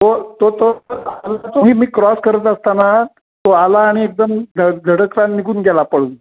तो तो तो आला तोही मी क्रॉस करत असताना तो आला आणि एकदम घड धडकला आणि निघून गेला पळून